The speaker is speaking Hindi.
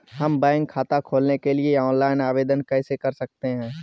हम बैंक खाता खोलने के लिए ऑनलाइन आवेदन कैसे कर सकते हैं?